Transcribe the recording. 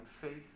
faith